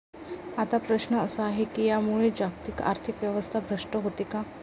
आता प्रश्न असा आहे की यामुळे जागतिक आर्थिक व्यवस्था भ्रष्ट होते का?